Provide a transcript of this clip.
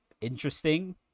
interesting